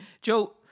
Joe